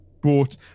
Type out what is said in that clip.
brought